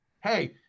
hey